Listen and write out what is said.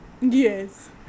Yes